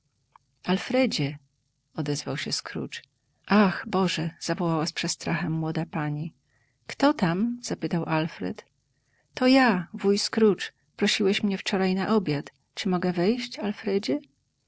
wszystko alfredzie odezwał się scrooge ach boże zawołała z przestrachem młoda pani kto tam zapytał alfred to ja wuj scrooge prosiłeś mnie wczoraj na obiad czy mogę wejść